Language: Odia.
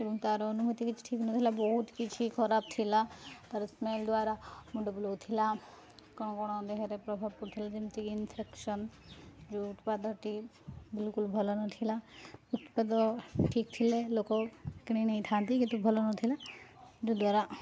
ତେଣୁ ତା'ର ଅନୁଭୂତି କିଛି ଠିକ୍ ନଥିଲା ବହୁତ କିଛି ଖରାପ ଥିଲା ତା'ର ସ୍ମେଲ୍ ଦ୍ୱାରା ମୁଣ୍ଡ ବୁଲଉଥିଲା କ'ଣ କ'ଣ ଦେହରେ ପ୍ରଭାବ ପଡ଼ୁଥିଲା ଯେମିତିକି ଇଫେକ୍ସନ ଯେଉଁ ଉତ୍ପାଦଟି ବିଲକୁଲ ଭଲ ନଥିଲା ଉତ୍ପାଦ ଠିକ୍ ଥିଲେ ଲୋକ କିଣି ନେଇଥାନ୍ତି କିନ୍ତୁ ଭଲ ନଥିଲା ଯଦ୍ଵାରା